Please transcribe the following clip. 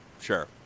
Sure